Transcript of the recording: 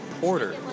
Porter